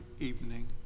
evening